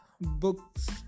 books